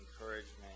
encouragement